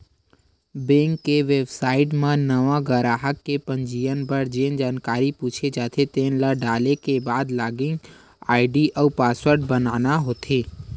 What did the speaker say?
bank के website म नवा गराहक के पंजीयन बर जेन जानकारी पूछे जाथे तेन ल डाले के बाद लॉगिन आईडी अउ पासवर्ड बनाना होथे